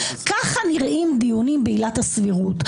ככה נראים דיונים בעילת הסבירות.